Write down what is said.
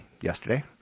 yesterday